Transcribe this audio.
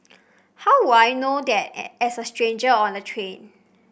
how would I know that as a stranger on the train